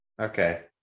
Okay